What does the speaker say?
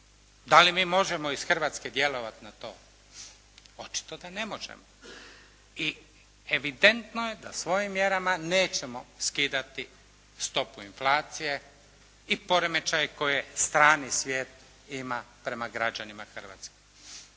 Da li mi možemo iz Hrvatske djelovati na to? Očito da ne možemo. I evidentno je da svojim mjerama nećemo skidati stopu inflacije i poremećaje koji strani svijet ima prema građanima Hrvatske.